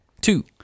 two